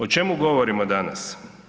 O čemu govorimo danas?